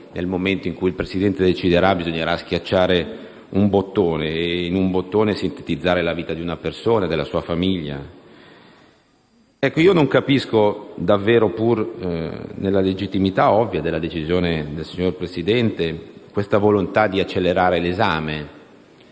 Nel momento in cui il Presidente deciderà, bisognerà infatti schiacciare un bottone e, in tale gesto, sintetizzare la vita di una persona e della sua famiglia Non capisco davvero, pur nella legittimità ovvia della decisione del signor Presidente, questa volontà di accelerare l'esame.